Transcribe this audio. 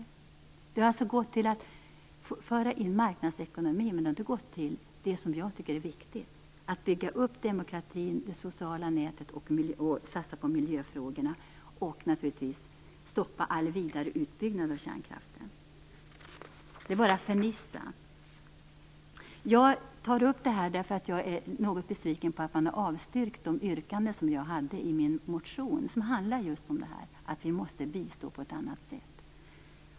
Pengarna har alltså gått till att föra in marknadsekonomi, men det har inte gått till det jag tycker är viktigt: att bygga upp demokratin och det sociala nätet, att satsa på miljöfrågorna och naturligtvis att stoppa all vidare utbyggnad av kärnkraften. Det är bara fernissa. Jag tar upp det här därför att jag är något besviken på att man har avstyrkt de yrkanden som jag hade i min motion som handlade om just detta: Vi måste bistå på ett annat sätt.